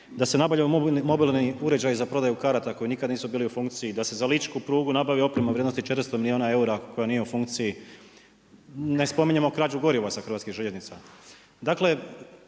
da se nabavlja mobilni uređaj za prodaju karata koji nikad nisu bilu u funkciji, da se za ličku prugu nabavi oprema u vrijednosti od 40 milijuna eura koja nije u funkciji, ne spominjemo krađu goriva sa hrvatskih željeznica.